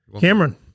Cameron